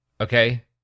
okay